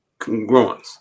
Congruence